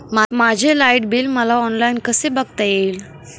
माझे light bill मला online कसे बघता येईल?